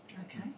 okay